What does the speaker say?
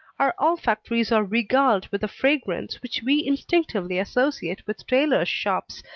our olfactories are regaled with a fragrance which we instinctively associate with tailors' shops,